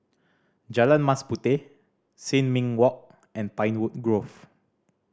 Jalan Mas Puteh Sin Ming Walk and Pinewood Grove